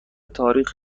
تاریخ